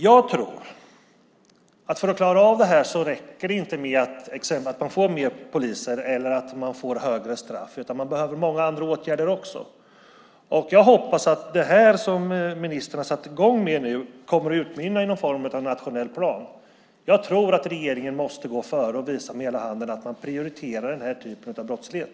För att man ska klara av det här tror jag inte att det räcker med exempelvis att man får fler poliser eller att straffen blir längre, utan det behövs många andra åtgärder också. Jag hoppas att det som ministern har satt i gång med nu kommer att utmynna i någon form av nationell plan. Jag tror att regeringen måste gå före och visa med hela handen att man prioriterar den här typen av brottslighet.